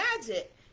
magic